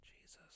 Jesus